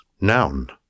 Noun